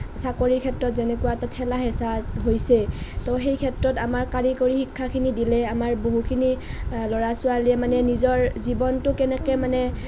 চাকৰি ক্ষেত্ৰত যেনেকুৱা এটা থেলা হেচা হৈছে ত' সেই ক্ষেত্ৰত আমাৰ কৰিকৰী শিক্ষাখিনি দিলে আমাৰ বহুখিনি ল'ৰা ছোৱালীয়ে মানে নিজৰ জীৱনটো কেনেকে মানে